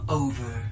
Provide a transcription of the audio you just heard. over